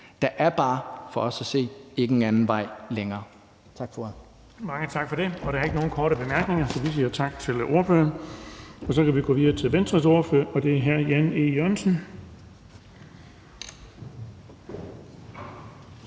Der er bare for os at se ingen anden vej længere. Tak for